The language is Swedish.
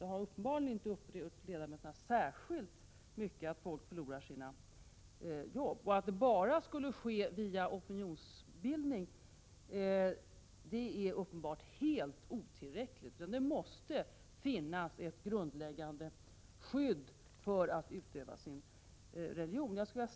Det har uppenbarligen inte upprört ledamöterna särskilt mycket att folk förlorar sina jobb. Att försöka lösa den här frågan enbart genom opinionsbildning är uppenbarligen helt otillräckligt. Det måste finnas ett grundläggande skydd för rätten att utöva sin religion.